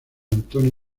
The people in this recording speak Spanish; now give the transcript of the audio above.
antonio